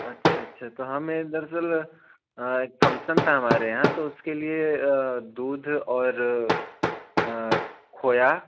अच्छा अच्छा तो हमें दरअसल एक फंक्सन था हमारे यहाँ तो उसके लिए दूध और खोया